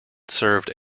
served